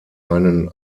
einen